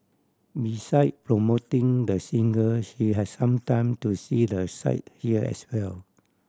beside promoting the singer she had some time to see the sight here as well